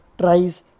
tries